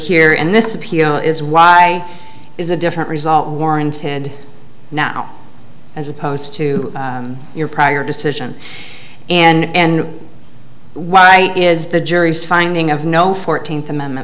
here in this appeal is why is a different result warranted now as opposed to your prior decision and why is the jury's finding of no fourteenth amendment